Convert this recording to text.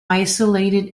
isolated